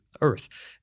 earth